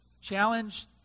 Challenge